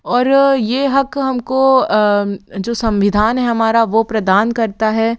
और ये हक हमको जो संविधान है हमारा वो प्रदान करता है